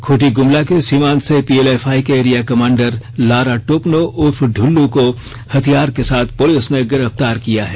खूंटी गुमला के सीमांत से पीएलएफआई का एरिया कमांडर लारा तोपनो उर्फ दुल्लू को हथियार के साथ पुलिस ने गिरफ्तार किया है